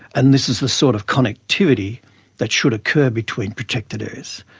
and this is the sort of connectivity that should occur between protected areas.